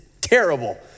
terrible